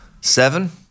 Seven